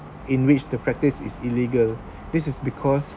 in which the practice is illegal this is because